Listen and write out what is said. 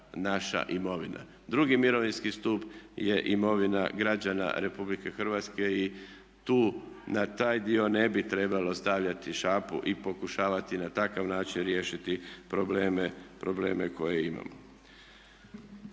naša imovina. Drugi mirovinski stup je imovina građana Republike Hrvatske i tu na taj dio ne bi trebalo stavljati šapu i pokušavati na takav način riješiti probleme koje imamo.